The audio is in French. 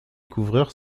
couvreurs